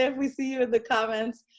and we see you in the comments.